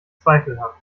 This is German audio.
zweifelhaft